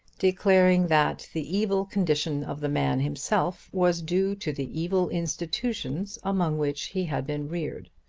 declaring that the evil condition of the man himself was due to the evil institutions among which he had been reared.